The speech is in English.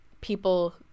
people